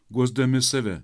guosdami save